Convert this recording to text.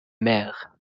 mer